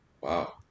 Wow